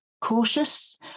Cautious